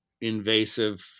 invasive